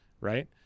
Right